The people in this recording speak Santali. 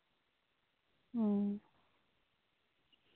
ᱦᱮᱸ